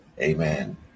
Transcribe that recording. Amen